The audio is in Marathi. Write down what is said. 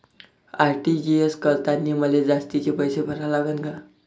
आर.टी.जी.एस करतांनी मले जास्तीचे पैसे भरा लागन का?